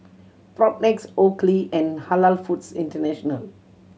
Propnex Oakley and Halal Foods International